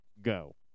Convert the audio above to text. go